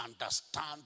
understand